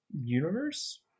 universe